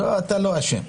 לא, אתה לא אשם.